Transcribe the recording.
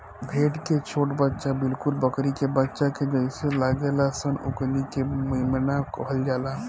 भेड़ के छोट बच्चा बिलकुल बकरी के बच्चा के जइसे लागेल सन ओकनी के मेमना कहल जाला